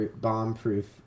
bomb-proof